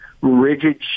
rigid